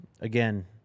again